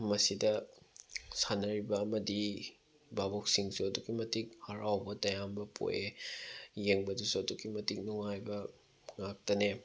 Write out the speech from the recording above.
ꯃꯁꯤꯗ ꯁꯥꯟꯅꯔꯤꯕ ꯑꯃꯗꯤ ꯕꯥꯕꯣꯛꯁꯤꯡꯁꯨ ꯑꯗꯨꯛꯀꯤ ꯃꯇꯤꯛ ꯍꯔꯥꯎꯕ ꯇꯌꯥꯝꯕ ꯄꯣꯛꯑꯦ ꯌꯦꯡꯕꯗꯁꯨ ꯑꯗꯨꯛꯀꯤ ꯃꯇꯤꯛ ꯅꯨꯡꯉꯥꯏꯕ ꯉꯥꯛꯇꯅꯦ